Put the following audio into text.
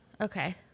Okay